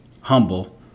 humble